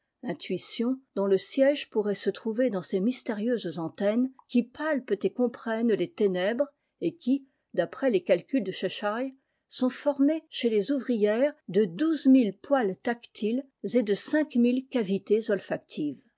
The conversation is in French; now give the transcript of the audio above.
intuition dont le siège pourrait se trouver dans ces n térieuses antennes qui palpent et cumprenii t les ténèbres et qui d'après les calculs de c j la fondation de la citb lu shîre sont formés chez les ouvrières de douzd mille poils tactiles et de cinq mille cavitéj